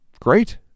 Great